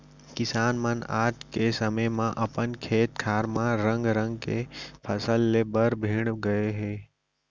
किसान मन आज के समे म अपन खेत खार म रंग रंग के फसल ले बर भीड़ गए हें